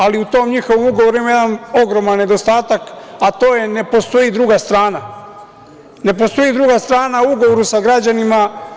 Ali, u tom njihovom ugovoru ima jedan ogroman nedostatak, a to je da ne postoji druga strana, ne postoji druga strana u ugovoru sa građanima.